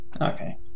Okay